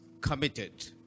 committed